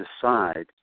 decide